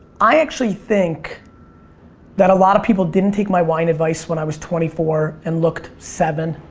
i actually think that a lot of people didn't take my wine advice when i was twenty four and looked seven.